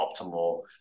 optimal